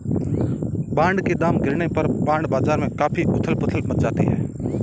bond के दाम गिरने पर बॉन्ड बाजार में काफी उथल पुथल मच जाती है